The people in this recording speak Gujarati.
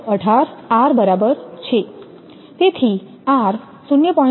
718r બરાબર છે તેથી r 0